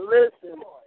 Listen